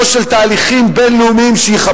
חבר הכנסת בן-ארי, תירגע